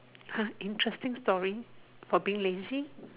ah interesting story for being lazy